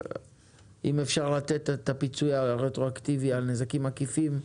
אם אפשר לתת את הפיצוי הרטרואקטיבי על נזקים עקיפים,